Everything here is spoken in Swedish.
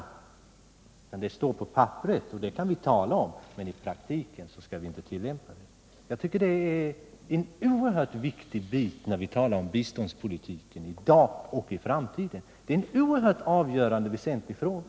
Herr Bengtson kanske tycker att det står på papperet och att vi kan tala om det men att vi i praktiken inte skall tillämpa det. Jag tycker att det är en mycket viktig bit när vi i dag talar om biståndspolitiken och i framtiden. Det är en oerhört avgörande och väsentlig fråga.